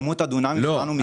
דונם.